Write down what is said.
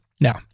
Now